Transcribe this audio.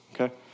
Okay